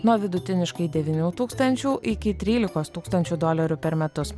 nuo vidutiniškai devynių tūkstančių iki trylikos tūkstančių dolerių per metus